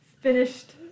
finished